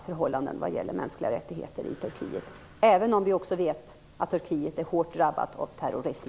Förhållandena för mänskliga rättigheter i Turkiet är oacceptabla, även om vi också vet att Turkiet är hårt drabbat av terrorism.